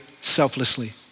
selflessly